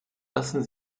lassen